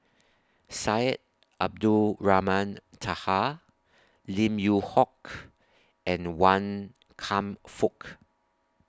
Syed Abdulrahman Taha Lim Yew Hock and Wan Kam Fook